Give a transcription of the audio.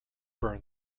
burn